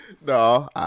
No